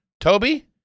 Toby